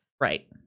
Right